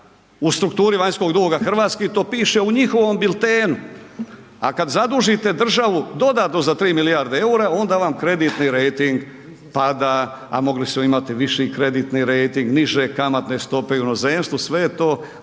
u strukturi vanjskog duga hrvatskih, to piše u njihovom biltenu. A kada zadužite državu, dodatno za 3 milijardi eura onda vam kreditni rejting pada, a mogli su imati viši kreditni rejting, niže kamatne stope u inozemstvu, sve je to